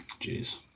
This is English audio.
Jeez